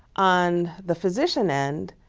on the physician end,